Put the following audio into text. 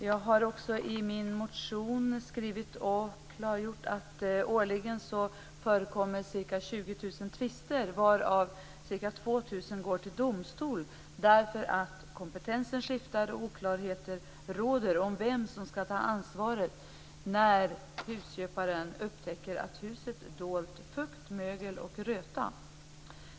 Jag har också i min motion skrivit och klargjort att årligen förekommer ca 20 000 tvister varav ca 2 000 går till domstol därför att kompetensen skiftar och oklarheter råder om vem som ska ta ansvaret när husköparen upptäcker att huset dolt fukt, mögel och röta.